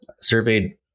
surveyed